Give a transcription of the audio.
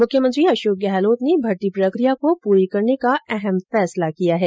मुख्यमंत्री अशोक गहलोत ने भर्ती प्रक्रिया को पूरा करने का अहम फैसला किया है